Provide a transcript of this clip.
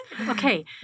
Okay